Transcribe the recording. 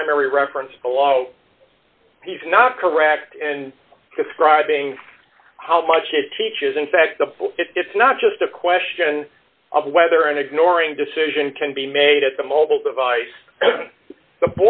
primary reference for law he's not correct and describing how much it teaches in fact it's not just a question of whether an ignoring decision can be made at the mobile device the